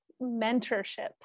Mentorship